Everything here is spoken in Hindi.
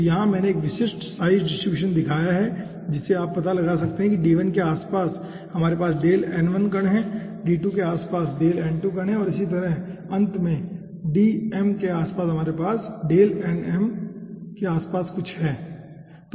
तो यहाँ मैंने एक विशिष्ट साइज डिस्ट्रीब्यूशन दिखाया है जिसे आप पता लगा सकते हैं कि d1 के आसपास हमारे पास कण है d2 के आसपास हमारे पास कण है और इसी तरह अंत में dn के आसपास हमारे पास कण के आसपास कुछ है ठीक है